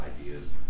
ideas